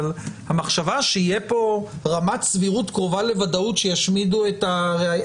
אבל המחשבה שתהיה פה רמת סבירות קרובה לוודאות שישמידו את הראיה,